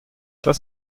das